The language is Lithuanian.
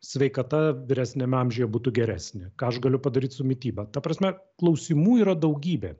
sveikata vyresniame amžiuje būtų geresnė ką aš galiu padaryt su mityba ta prasme klausimų yra daugybė